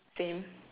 same